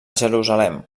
jerusalem